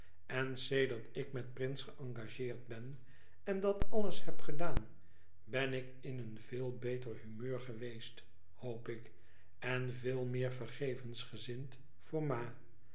en sedert ik met prince geëngageerd ben en dat alles heb gedaan ben ik in een veel beter humeur geweest hoop ik en veel meer vergevensgezind voor ma